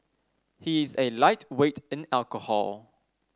he is a lightweight in alcohol